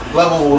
level